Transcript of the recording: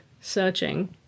searching